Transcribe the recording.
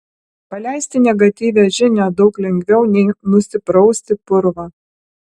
paleisti negatyvią žinią daug lengviau nei nusiprausti purvą